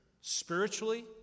spiritually